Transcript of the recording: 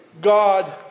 God